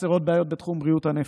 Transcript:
בתחום בריאות הנפש.